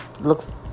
Looks